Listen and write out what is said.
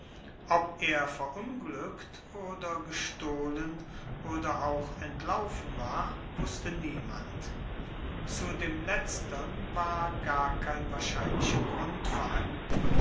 ob er verunglückt oder gestohlen oder auch entlaufen war wußte niemand zu dem letztern war gar kein wahrscheinlicher grund vorhanden